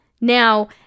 Now